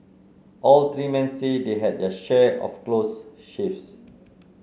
all three men say they had their share of close shaves